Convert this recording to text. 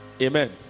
Amen